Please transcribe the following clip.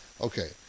Okay